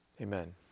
Amen